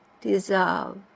dissolve